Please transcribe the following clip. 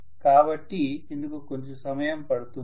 కాబట్టి ఇందుకు కొంచం సమయం పడుతుంది